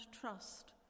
trust